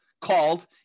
called